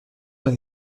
dans